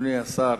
אדוני השר,